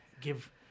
give